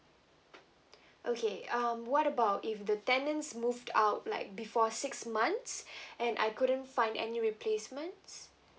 okay um what about if the tenants moved out like before six months and I couldn't find any replacements